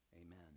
amen